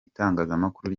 itangazamakuru